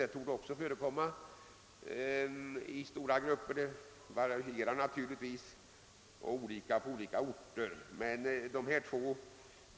Det torde finnas många hus också i denna grupp; även om värdena sätts litet olika på olika orter, så är de två nämnda